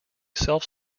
self